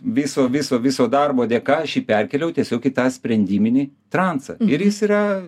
viso viso viso darbo dėka aš jį perkėliau tiesiog į tą sprendiminį transą ir jis yra